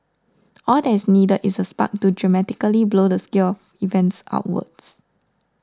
all that is needed is a spark to dramatically blow the scale events outwards